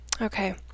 Okay